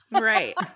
Right